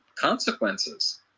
consequences